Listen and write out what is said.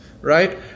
Right